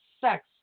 sex